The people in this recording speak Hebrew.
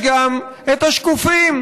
יש גם את השקופים.